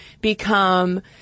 become